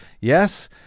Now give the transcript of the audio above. yes